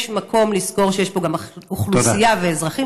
יש מקום לזכור שיש פה גם אוכלוסייה ואזרחים